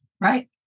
Right